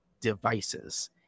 devices